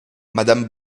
madame